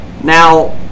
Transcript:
Now